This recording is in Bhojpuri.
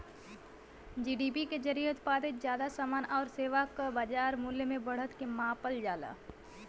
जी.डी.पी के जरिये उत्पादित जादा समान आउर सेवा क बाजार मूल्य में बढ़त के मापल जाला